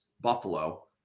Buffalo